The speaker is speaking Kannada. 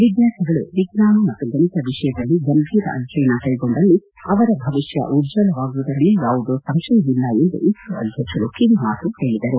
ವಿದ್ವಾರ್ಥಿಗಳು ವಿಜ್ವಾನ ಮತ್ತು ಗಣಿತ ವಿಷಯದಲ್ಲಿ ಗಂಭೀರ ಅಧ್ವಯನ ಕೈಗೊಂಡಲ್ಲಿ ಅವರ ಭವಿಷ್ಣ ಉಜ್ವಲವಾಗುವುದರಲ್ಲಿ ಯಾವುದೇ ಸಂಶಯವಿಲ್ಲ ಎಂದು ಇಸ್ರೋ ಅಧ್ಯಕ್ಷರು ಕಿವಿಮಾತು ಹೇಳಿದರು